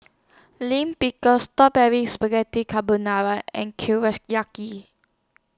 Lime Pickle Spaghetti Carbonara and